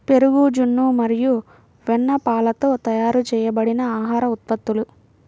పెరుగు, జున్ను మరియు వెన్నపాలతో తయారు చేయబడిన ఆహార ఉత్పత్తులు